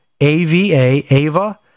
A-V-A